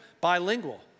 bilingual